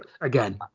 Again